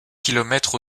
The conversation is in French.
kilomètre